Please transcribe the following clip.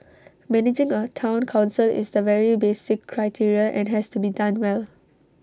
managing A Town Council is the very basic criteria and has to be done well